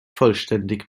vollständig